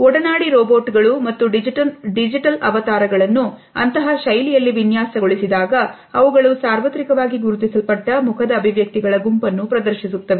ಒಡನಾಡಿ ರೋಬೋಟ್ಗಳು ಮತ್ತು ಡಿಜಿಟಲ್ ಅವತಾರಗಳನ್ನು ಅಂತಹ ಶೈಲಿಯಲ್ಲಿ ವಿನ್ಯಾಸಗೊಳಿಸಿ ದಾಗ ಅವುಗಳು ಸಾರ್ವತ್ರಿಕವಾಗಿ ಗುರುತಿಸಲ್ಪಟ್ಟ ಮುಖದ ಅಭಿವ್ಯಕ್ತಿಗಳ ಗುಂಪನ್ನು ಪ್ರದರ್ಶಿಸುತ್ತವೆ